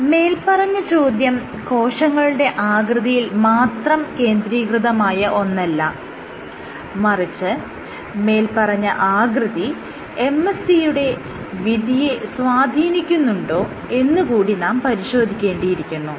മേല്പറഞ്ഞ ചോദ്യം കോശങ്ങളുടെ ആകൃതിയിൽ മാത്രം കേന്ദ്രീകൃതമായ ഒന്നല്ല മറിച്ച് മേല്പറഞ്ഞ ആകൃതി MSC യുടെ വിധിയെ സ്വാധീനിക്കുന്നുണ്ടോ എന്ന് കൂടി നാം പരിശോധിക്കേണ്ടിയിരിക്കുന്നു